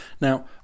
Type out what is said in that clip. Now